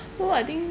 so I think